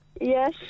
Yes